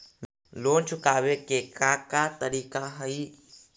Loan चुकावे के का का तरीका हई?